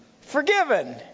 forgiven